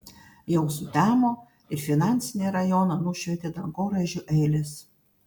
jau sutemo ir finansinį rajoną nušvietė dangoraižių eilės